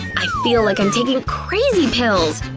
i feel like i'm taking crazy pills!